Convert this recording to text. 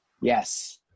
Yes